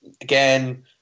again